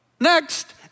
Next